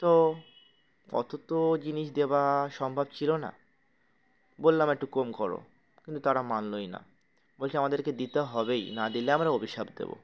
তো অত তো জিনিস দেওয়া সম্ভব ছিল না বললাম একটু কম করো কিন্তু তারা মানলই না বলছে আমাদেরকে দিতে হবেই না দিলে আমরা অভিশাপ দেবো